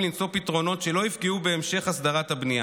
למצוא פתרונות שלא יפגעו בהמשך הסדרת הבנייה.